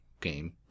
game